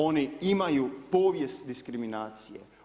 Oni imaju povijest diskriminacije.